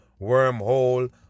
wormhole